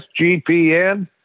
SGPN